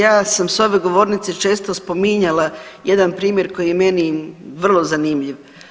Ja sam s ove govornice često spominjala jedan primjer koji je meni vrlo zanimljiv.